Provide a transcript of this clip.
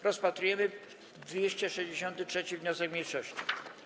Rozpatrujemy 263. wniosek mniejszości.